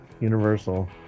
universal